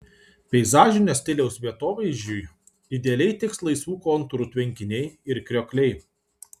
peizažinio stiliaus vietovaizdžiui idealiai tiks laisvų kontūrų tvenkiniai ir kriokliai